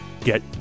get